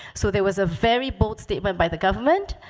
so there was a very bold statement by the government.